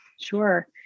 Sure